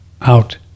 out